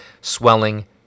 swelling